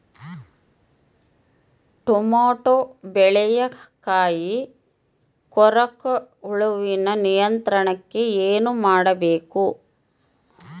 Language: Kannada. ಟೊಮೆಟೊ ಬೆಳೆಯ ಕಾಯಿ ಕೊರಕ ಹುಳುವಿನ ನಿಯಂತ್ರಣಕ್ಕೆ ಏನು ಮಾಡಬೇಕು?